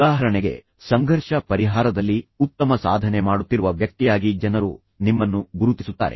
ಉದಾಹರಣೆಗೆ ಸಂಘರ್ಷ ಪರಿಹಾರದಲ್ಲಿ ಉತ್ತಮ ಸಾಧನೆ ಮಾಡುತ್ತಿರುವ ವ್ಯಕ್ತಿಯಾಗಿ ಜನರು ನಿಮ್ಮನ್ನು ಗುರುತಿಸುತ್ತಾರೆ